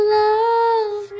love